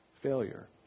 failure